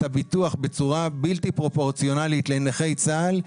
הביטוח בצורה בלתי פרופורציונלית לנכי צה"ל,